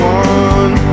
one